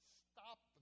stop